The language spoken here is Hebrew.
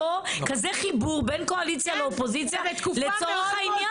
חיבור בין קואליציה לאופוזיציה לצורך העניין.